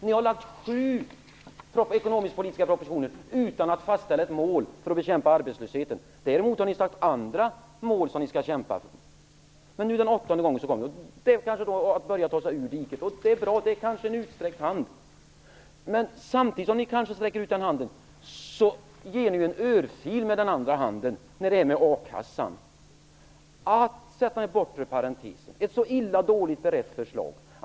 Ni har lagt fram sju ekonomisk-politiska propositioner utan att fastställa ett mål för bekämpningen av arbetslösheten. Däremot har ni satt upp andra mål som ni skall kämpa för. När ni nu kommer tillbaka den åttonde gången är det kanske för att börja ta er ur diket. Det är bra, och det är kanske en utsträckt hand. Men samtidigt som ni kanske sträcker ut den handen delar ni med den andra handen ut en örfil, nämligen när det gäller sättandet av den bortre parentesen för akassan. Det är ett mycket dåligt berett förslag.